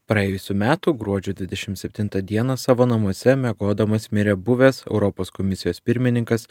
praėjusių metų gruodžio dvidešimt septintą dieną savo namuose miegodamas mirė buvęs europos komisijos pirmininkas